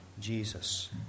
Jesus